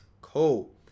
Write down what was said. Cool